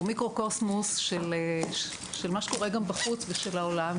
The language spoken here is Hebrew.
הוא מיקרוקוסמוס של מה שקורה גם בחוץ ושל העולם,